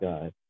God